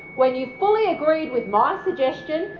when you fully agreed with my suggestion,